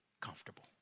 comfortable